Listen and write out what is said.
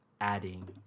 adding